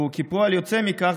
וכפועל יוצא מכך,